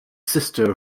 sister